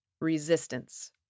resistance